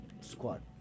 squad